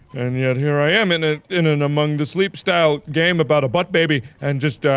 and yet here i am in a in an among the sleep style game about a butt baby. and just,